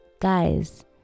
Guys